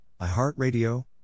iHeartRadio